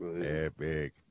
epic